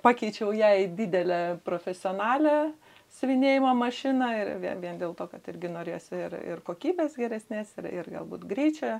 pakeičiau ją į didelę profesionalią siuvinėjimo mašiną ir vien vien dėl to kad irgi norėjosi ir ir kokybės geresnės ir ir galbūt greičio